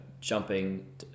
jumping